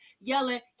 yelling